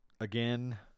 again